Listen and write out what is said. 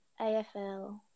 AFL